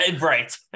right